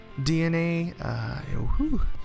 DNA